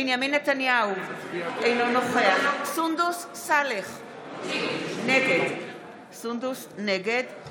בנימין נתניהו, אינו נוכח סונדוס סאלח, נגד יואב